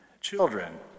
Children